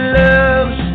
loves